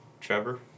Trevor